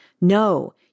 No